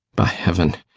by heaven!